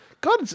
God